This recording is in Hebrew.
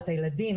את הילדים,